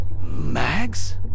Mags